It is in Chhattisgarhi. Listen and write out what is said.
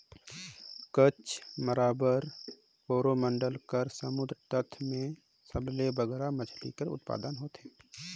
कच्छ, माराबार, कोरोमंडल कर समुंदर तट में सबले बगरा मछरी कर उत्पादन होथे